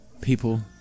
People